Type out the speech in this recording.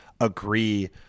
agree